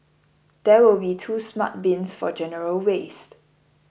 there will be two smart bins for general waste